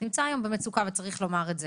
נמצא היום במצוקה, וצריך לומר את זה